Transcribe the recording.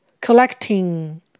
Collecting